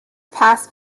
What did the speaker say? pass